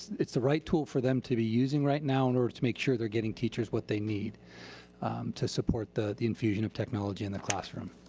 it's the right tool for them to be using right now in order to make sure they're getting teachers what they need to support the the infusion of technology in the classroom.